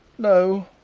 no,